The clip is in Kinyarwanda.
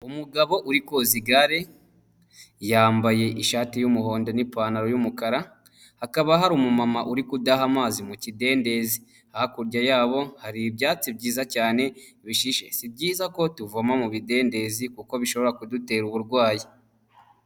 Umugabo uri koza igare, yambaye ishati y'umuhondo n'ipantaro y'umukara, hakaba hari umumama uri kudaha amazi mu kidendezi, hakurya yabo hari ibyatsi byiza cyane, si byiza ko tuvoma mu bidendezi kuko bishobora kudutera uburwayi.